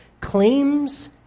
claims